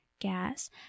gas